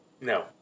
No